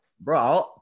bro